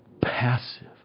passive